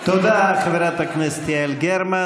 תודה, חברת הכנסת יעל גרמן.